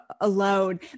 alone